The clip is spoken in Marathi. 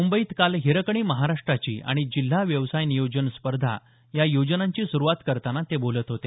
मुंबईत काल हिरकणी महाराष्ट्राची आणि जिल्हा व्यवसाय नियोजन स्पर्धा या योजनांची सुरुवात करताना ते बोलत होते